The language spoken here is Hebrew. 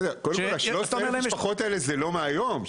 קודם כל 13,000 המשפחות זה לא מהיום,